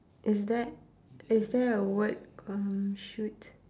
is that is there a word um shoot